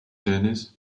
dennis